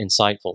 insightful